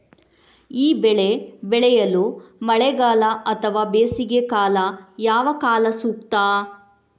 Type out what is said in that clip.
ಈ ಬೆಳೆ ಬೆಳೆಯಲು ಮಳೆಗಾಲ ಅಥವಾ ಬೇಸಿಗೆಕಾಲ ಯಾವ ಕಾಲ ಸೂಕ್ತ?